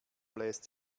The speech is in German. bläst